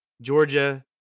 Georgia